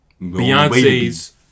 Beyonce's